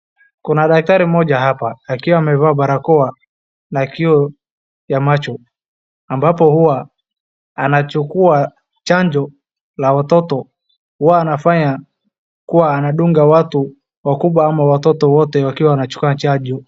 Kuna daktari mmoja hapa akiwa amevaa barakoa na kioo ya macho ambapo huwa anachukua chanjo la watoto. Huwa anafanya kuwa anadunga watu wakubwa ama watoto wote wakiwa wanachukua chanjo.